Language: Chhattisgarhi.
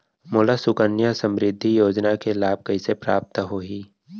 मोला सुकन्या समृद्धि योजना के लाभ कइसे प्राप्त होही?